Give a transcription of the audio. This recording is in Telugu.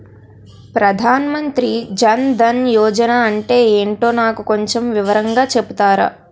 ప్రధాన్ మంత్రి జన్ దన్ యోజన అంటే ఏంటో నాకు కొంచెం వివరంగా చెపుతారా?